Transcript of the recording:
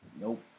Nope